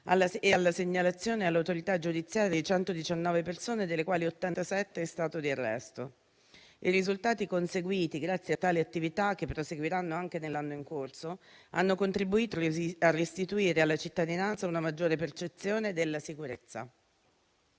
e alla segnalazione all'autorità giudiziaria di 119 persone, delle quali 87 in stato di arresto. I risultati conseguiti grazie a tale attività - che proseguiranno anche nell'anno in corso - hanno contribuito a restituire alla cittadinanza una maggiore percezione della sicurezza.